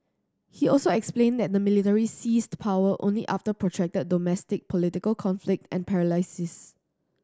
he also explained that the military seized power only after protracted domestic political conflict and paralysis